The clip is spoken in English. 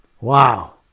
Wow